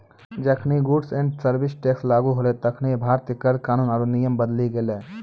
जखनि goods and service tax लागू होलै तखनि भारतीय कर कानून आरु नियम बदली गेलै